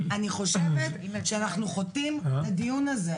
אני חושבת שאנחנו חוטאים בדיון הזה.